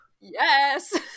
Yes